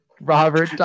robert